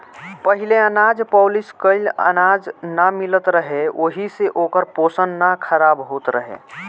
पहिले अनाज पॉलिश कइल अनाज ना मिलत रहे ओहि से ओकर पोषण ना खराब होत रहे